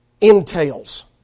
entails